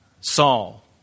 Saul